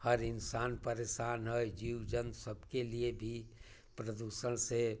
हर इंसान परेशान है जीव जंत सबके लिए भी प्रदूषण से